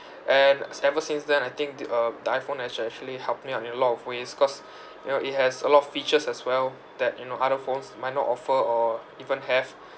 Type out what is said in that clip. and as ever since then I think the um the iphone has actually helped me out in a lot of ways cause you know it has a lot of features as well that you know other phones might not offer or even have